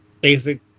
basic